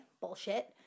bullshit